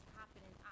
happening